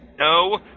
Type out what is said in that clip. No